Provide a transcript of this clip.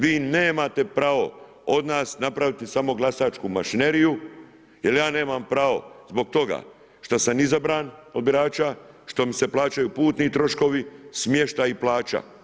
Vi nemate pravo od nas napraviti samo glasačku mašineriju, jer ja nemam pravo zbog toga, što sam izabran od birača, što mi se plaćaju putni troškovi, smještaj i plaća.